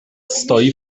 stoi